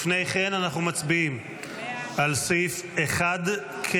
לפני כן אנחנו מצביעים על סעיפים 1 ו-2,